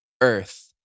Earth